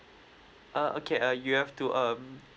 uh okay uh you have to um